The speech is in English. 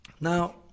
Now